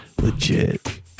legit